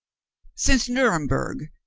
since nuremberg,